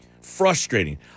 frustrating